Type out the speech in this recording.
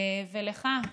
ולך,